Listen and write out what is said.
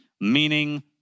meaning